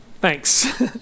Thanks